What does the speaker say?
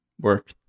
work